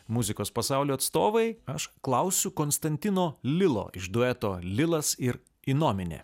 muzikos pasaulio atstovai aš klausiu konstantino lilo iš dueto lilas ir innomine